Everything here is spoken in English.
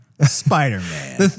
Spider-Man